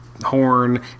horn